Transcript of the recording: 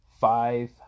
five